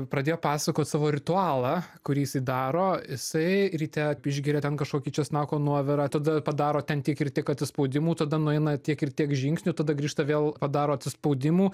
pradėjo pasakoti savo ritualą kurį jisai daro jisai ryte išgeria ten kažkokį česnako nuovirą tada padaro ten tiek ir tiek atsispaudimų tada nueina tiek ir tiek žingsnių tada grįžta vėl padaro atsispaudimų